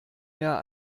mehr